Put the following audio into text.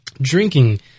drinking